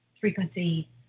frequency